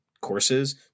courses